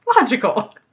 Logical